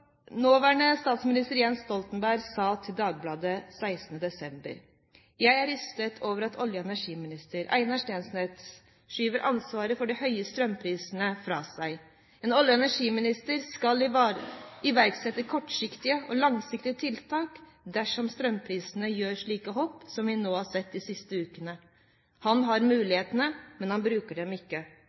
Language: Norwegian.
Nåværende statsminister Jens Stoltenberg sa til Dagbladet 16. desember 2002: «Jeg er rystet over at olje- og energiminister Einar Steensnæs skyver ansvaret for de høye strømprisene fra seg . En olje- og energiminister skal iverksette kortsiktige og langsiktige tiltak dersom strømprisene gjør slike hopp som vi har sett de siste ukene. Han har mulighetene, men han bruker dem ikke